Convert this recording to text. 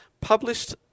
published